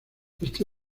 este